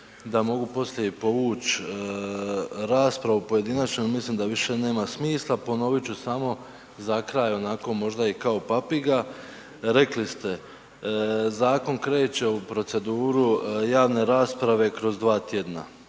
da mogu poslije povući raspravu pojedinačnu jer mislim da više nema smisla. Ponovit ću samo za kraj onako možda i kao papiga, rekli ste zakon kreće u proceduru javne rasprave kroz dva tjedna,